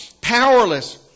powerless